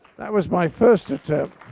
that was my first attempt.